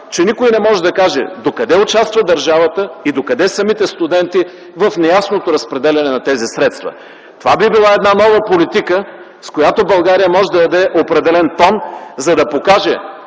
че никой не може да каже до къде участва държавата и до къде самите студенти в неясното разпределяне на тези средства. Това би била една нова политика, с която България може да даде определен тон, за да покаже,